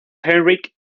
heinrich